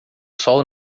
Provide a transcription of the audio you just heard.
sol